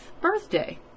birthday